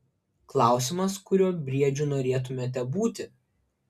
klausimas kuriuo briedžiu norėtumėte būti